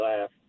laugh